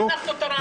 גם אנחנו תרמנו.